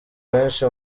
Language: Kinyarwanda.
benshi